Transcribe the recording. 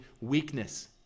weakness